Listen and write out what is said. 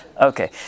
Okay